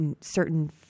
certain